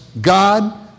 God